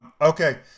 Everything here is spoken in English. Okay